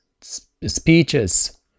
speeches